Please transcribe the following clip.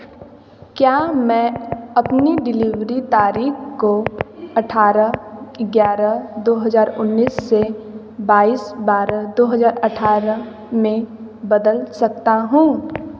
क्या मैं अपनी डिलीवरी तारीख़ को अट्ठारह ग्यारह दो हज़ार उन्नीस से बाईस बारह दो हज़ार अट्ठारह में बदल सकता हूँ